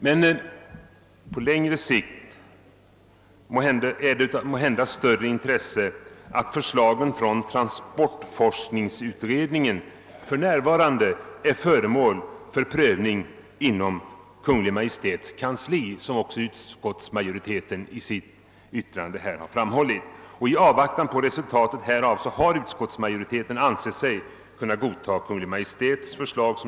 Men på längre sikt är det måhända av större intresse att 1964 års transportforskningsutrednings förslag för närvarande prövas inom Kungl. Maj:ts kansli, vilket också framhållits i utskottets utlåtande, och i avvaktan på resultatet härav har utskottet ansett sig böra biträda Kungl. Maj:ts förslag.